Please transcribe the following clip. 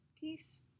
Peace